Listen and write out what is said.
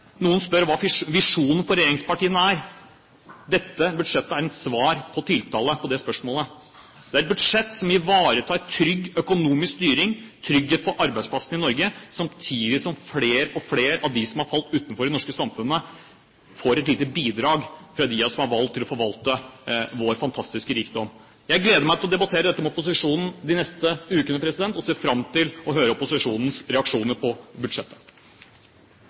Noen spør hva visjonen for regjeringspartiene er. Dette budsjettet er svar på tiltale på det spørsmålet. Det er et budsjett som ivaretar trygg økonomisk styring og trygghet for arbeidsplassene i Norge, samtidig som flere og flere av dem som har falt utenfor i det norske samfunnet, får et lite bidrag fra dem av oss som er valgt til å forvalte vår fantastiske rikdom. Jeg gleder meg til å debattere dette med opposisjonen de neste ukene, og ser fram til å høre opposisjonens reaksjoner på budsjettet.